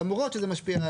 למרות שפסקה (1)